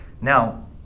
Now